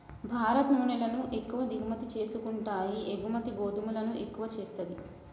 భారత్ నూనెలను ఎక్కువ దిగుమతి చేసుకుంటాయి ఎగుమతి గోధుమలను ఎక్కువ చేస్తది